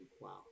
wow